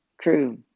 true